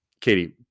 Katie